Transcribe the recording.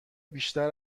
بیشتر